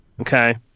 Okay